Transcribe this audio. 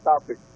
topic